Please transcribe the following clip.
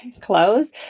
clothes